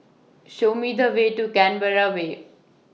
Show Me The Way to Canberra Way